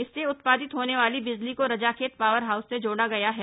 इससे उत्पादित होने वाले बिजली को रजाखेत पावर हाउस से जोड़ा गया है